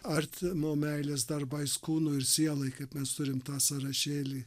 artimo meilės darbais kūnui ir sielai kaip mes turim tą sąrašėlį